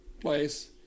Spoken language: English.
place